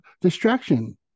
distraction